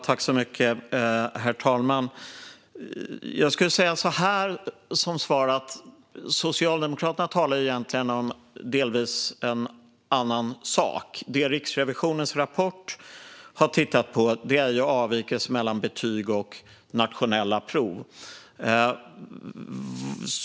Herr talman! Jag skulle säga så här som svar: Socialdemokraterna talar delvis om en annan sak. Det Riksrevisionen har tittat på i denna rapport är avvikelser mellan betyg och nationella prov.